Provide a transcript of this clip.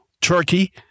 Turkey